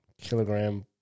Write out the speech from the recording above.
kilogram